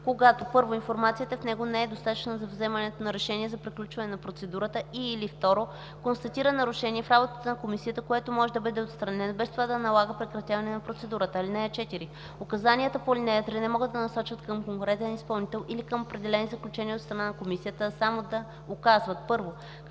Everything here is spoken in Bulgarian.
когато: 1. информацията в него не е достатъчна за вземането на решение за приключване на процедурата, и/или 2. констатира нарушение в работата на комисията, което може да бъде отстранено, без това да налага прекратяване на процедурата. (4) Указанията по ал. 3 не могат да насочват към конкретен изпълнител или към определени заключения от страна на комисията, а само да указват: